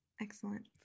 Excellent